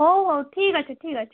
ହଉ ହଉ ଠିକ୍ ଅଛେ ଠିକ୍ ଅଛେ